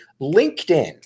LinkedIn